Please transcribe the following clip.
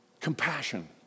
Compassion